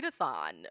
readathon